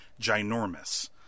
ginormous